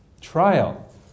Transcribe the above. trial